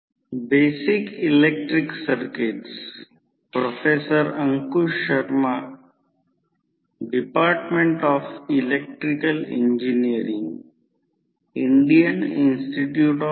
तर आता आपण सिंगल फेज ट्रान्सफॉर्मरचा अभ्यास करू हेडलाईन वरून समजते की तो ट्रान्सफॉर्मर आहे